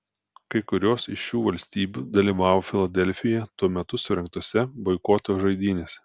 kai kurios iš šių valstybių dalyvavo filadelfijoje tuo metu surengtose boikoto žaidynėse